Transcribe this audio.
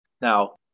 Now